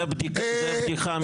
זו בדיחה מהעניין.